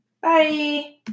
Bye